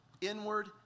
Inward